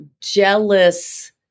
jealous